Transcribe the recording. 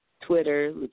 Twitter